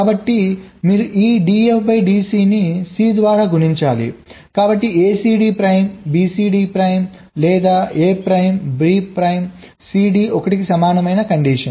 కాబట్టి మీరు ఈ dF dC ని C ద్వారా గుణించాలి కాబట్టి ACD ప్రైమ్BCD ప్రైమ్ లేదా A prime B prime CD 1 కి సమానమైన కండిషన్